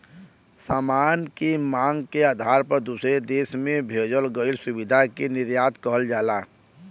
सामान के मांग के आधार पर दूसरे देश में भेजल गइल सुविधा के निर्यात कहल जाला